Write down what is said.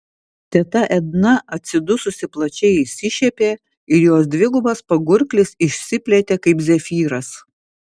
teta edna atsidususi plačiai išsišiepė ir jos dvigubas pagurklis išsiplėtė kaip zefyras